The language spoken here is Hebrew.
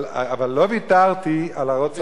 אבל לא ויתרתי על הרצון,